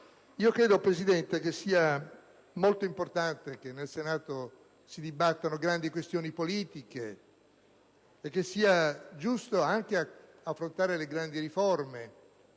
Credo sia molto importante che nel Senato si dibattano grandi questioni politiche e che sia giusto anche affrontare le grandi riforme.